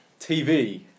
TV